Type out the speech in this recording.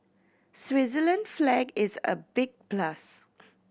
Switzerland flag is a big plus